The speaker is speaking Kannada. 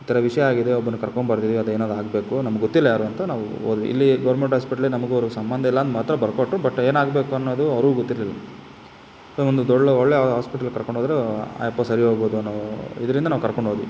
ಈ ಥರ ವಿಷಯ ಆಗಿದೆ ಒಬ್ರನ್ನು ಕರ್ಕೊಂಬರ್ತೀವಿ ಅದು ಏನಾರೂ ಆಗಬೇಕು ನಮ್ಗೆ ಗೊತ್ತಿಲ್ಲ ಯಾರು ಅಂತ ನಾವು ಹೋದ್ವಿ ಇಲ್ಲಿ ಗೌರ್ಮೆಂಟ್ ಆಸ್ಪೆಟ್ಲಲ್ಲಿ ನಮಗೂ ಅವರಿಗೂ ಸಂಬಂಧ ಇಲ್ಲ ಅಂತ ಮಾತ್ರ ಬರ್ಕೊಟ್ಟು ಬಟ್ ಏನಾಗಬೇಕು ಅನ್ನೋದು ಅವರಿಗೂ ಗೊತ್ತಿರ್ಲಿಲ್ಲ ಒಂದು ಒಳ್ಳೆ ಒಳ್ಳೆಯ ಹಾಸ್ಪೆಟ್ಲಿಗೆ ಕರ್ಕೊಂಡೋದರೆ ಆ ಅಪ್ಪ ಸರಿ ಹೋಗ್ಬೋದು ಅನ್ನೋ ಇದರಿಂದ ನಾವು ಕರ್ಕೊಂಡು ಹೋದ್ವಿ